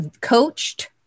coached